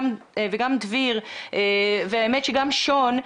גם דביר וגם שון,